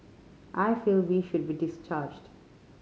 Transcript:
I feel we should be discharged